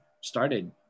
started